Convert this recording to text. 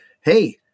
hey